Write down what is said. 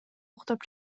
уктап